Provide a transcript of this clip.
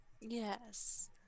Yes